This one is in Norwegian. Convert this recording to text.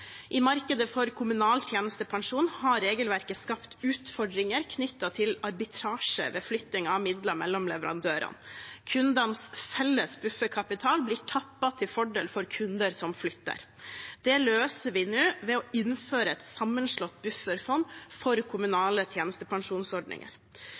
I markedet for kommunal tjenestepensjon har regelverket skapt utfordringer knyttet til arbitrasje ved flytting av midler mellom leverandører. Kundenes felles bufferkapital blir tappet til fordel for kunder som flytter. Det løser vi nå ved å innføre et sammenslått bufferfond for